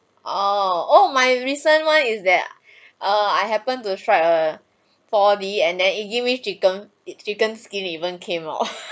oh oh my recent one is there uh I happen to strike a four D and then you give me chicken chicken skin even came lor